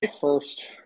first